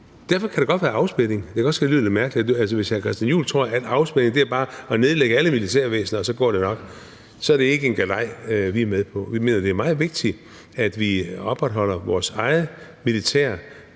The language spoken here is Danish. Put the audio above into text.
Derfor kan der godt være afspænding, og det kan også godt lyde lidt mærkeligt. Altså, hvis hr. Christian Juhl tror, at afspænding bare er at nedlægge alle militærvæsener, og så går det nok, så er det ikke en galej, vi er med på. Vi mener, det er meget vigtigt, at vi opretholder vores eget militær,